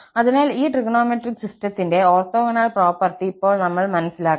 അതിനാൽ ഈ ട്രിഗണോമെട്രിക് സിസ്റ്റത്തിന്റെ ഓർത്തോഗണൽ പ്രോപ്പർട്ടി ഇപ്പോൾ നമ്മൾ മനസ്സിലാക്കണം